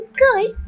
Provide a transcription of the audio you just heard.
good